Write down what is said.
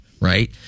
right